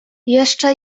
jeszcze